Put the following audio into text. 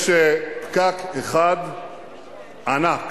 יש פקק אחד ענק